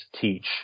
teach